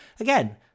Again